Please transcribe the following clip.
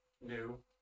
new